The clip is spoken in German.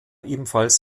ebenfalls